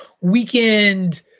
weekend